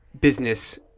business